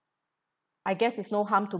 I guess it's no harm to